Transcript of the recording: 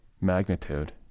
magnitude